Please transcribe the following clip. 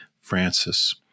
Francis